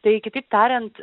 tai kitaip tariant